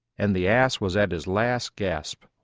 and the ass was at his last gasp.